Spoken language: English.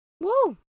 Woo